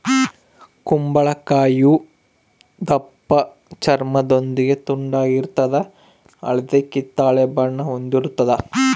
ಕುಂಬಳಕಾಯಿಯು ದಪ್ಪಚರ್ಮದೊಂದಿಗೆ ದುಂಡಾಗಿರ್ತದ ಹಳದಿ ಕಿತ್ತಳೆ ಬಣ್ಣ ಹೊಂದಿರುತದ